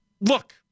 look